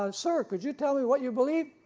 um sir could you tell me what you believe?